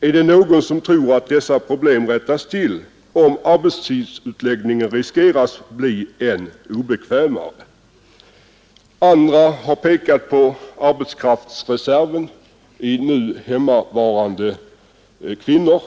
Är det någon som tror att dessa problem rättas till om arbetstidsutläggningen riskerar att bli än obekvämare? Andra har pekat på arbetskraftsreserven bland nu hemmavarande kvinnor.